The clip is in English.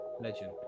legend